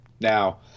Now